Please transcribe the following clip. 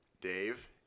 Dave